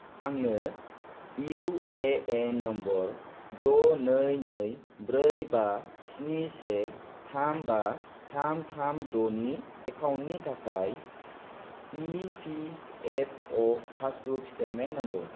आंनो U A N number द' नै नै ब्रै बा स्नि से थाम बा थाम थाम द' नि एकाउन्टनि थाखाय इपिएफअ पासबुक स्टेटमेन्ट नांगौ